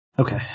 Okay